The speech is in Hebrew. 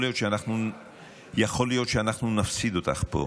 יכול להיות שאנחנו נפסיד אותך פה,